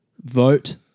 vote